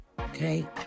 okay